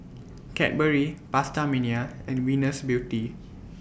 Cadbury PastaMania and Venus Beauty